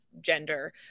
gender